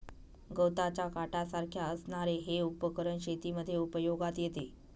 गवताच्या काट्यासारख्या असणारे हे उपकरण शेतीमध्ये उपयोगात येते